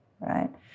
right